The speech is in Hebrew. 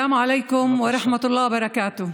א-סלאם עליכום ורחמת אללה וברכאתה.